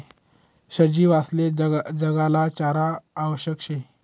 सजीवसले जगाले चारा आवश्यक शे